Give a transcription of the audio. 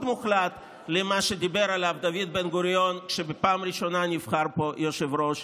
מוחלט למה שדיבר עליו דוד בן-גוריון כשבפעם הראשונה נבחר פה יושב-ראש,